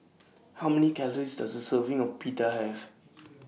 How Many Calories Does A Serving of Pita Have